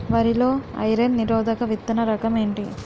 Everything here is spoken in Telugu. వరి లో ఐరన్ నిరోధక విత్తన రకం ఏంటి?